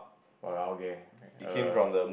!walao! okay err